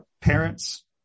parents